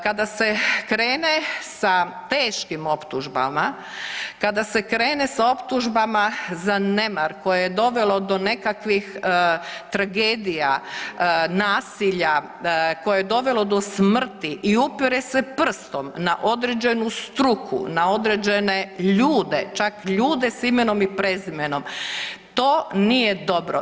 Kada se krene sa teškim optužbama, kada se krene s optužbama za nemar koje je dovelo do nekakvih tragedija, nasilja, koje je dovelo do smrti i upire se prstom na određenu struku, na određene ljude, čak ljude s imenom i prezimenom, to nije dobro.